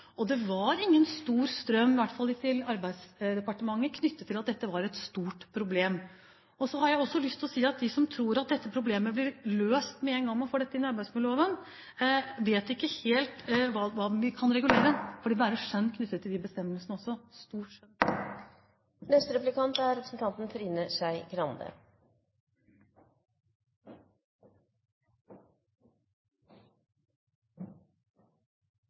og det var ingen stor strøm, i hvert fall ikke til Arbeidsdepartementet, knyttet til at dette var et stort problem. Så har jeg lyst til å si at de som tror at dette problemet blir løst med en gang man får dette inn i arbeidsmiljøloven, vet ikke helt hva vi kan regulere, for det er et stort skjønn knyttet til de bestemmelsene også.